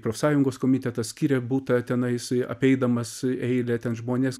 profsąjungos komitetas skiria butą tenais apeidamas eilę ten žmones